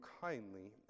kindly